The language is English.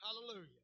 Hallelujah